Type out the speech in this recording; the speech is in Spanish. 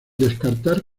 descartar